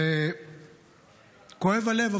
כואב הלב,